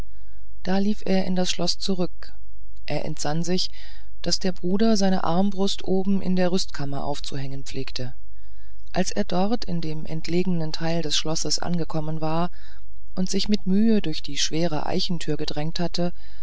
da lief er in das schloß zurück er entsann sich daß der bruder seine armbrust oben in der rüstkammer aufzuhängen pflegte als er dort in dem entlegenen teile des schlosses angekommen war und sich mit mühe durch die schwere eichentür gedrängt hatte